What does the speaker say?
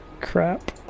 Crap